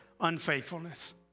unfaithfulness